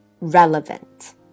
relevant